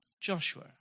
Joshua